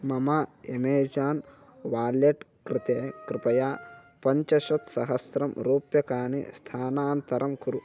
मम Amazon wallet कृते कृपया पञ्चाशत्सहस्रं रूप्यकाणि स्थानान्तरं कुरु